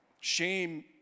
Shame